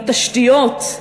בתשתיות.